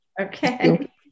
Okay